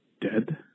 dead